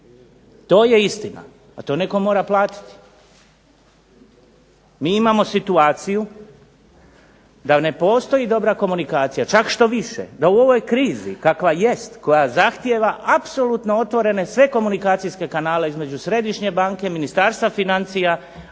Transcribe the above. To je istina, a to netko mora platiti. Mi imamo situaciju da ne postoji dobra komunikacija, čak štoviše da u ovoj krizi kakva jest koja zahtijeva apsolutno otvorene sve komunikacijske kanale između središnje banke, Ministarstva financija,